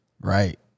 Right